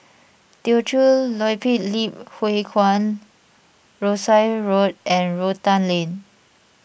Teochew Poit Ip Huay Kuan Rosyth Road and Rotan Lane